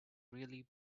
really